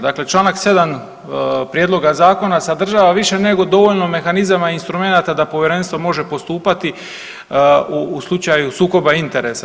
Dakle, čl. 7. prijedloga zakona sadržava više nego dovoljno mehanizama i instrumenata da povjerenstvo može postupati u slučaju sukobu interesa.